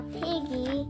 piggy